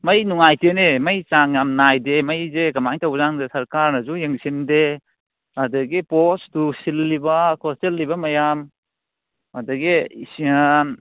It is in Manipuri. ꯃꯩ ꯅꯨꯡꯉꯥꯏꯇꯦꯅꯦ ꯃꯩ ꯆꯥꯡ ꯌꯥꯝ ꯅꯥꯏꯗꯦ ꯃꯩꯁꯦ ꯀꯃꯥꯏꯅ ꯇꯧꯕꯖꯥꯠꯅꯣ ꯈꯪꯗꯦ ꯁꯔꯀꯥꯔꯅꯁꯨ ꯌꯦꯡꯁꯤꯟꯗꯦ ꯑꯗꯒꯤ ꯄꯣꯁꯇꯨ ꯁꯤꯜꯂꯤꯕ ꯈꯣꯠꯆꯤꯜꯂꯤꯕ ꯃꯌꯥꯝ ꯑꯗꯒꯤ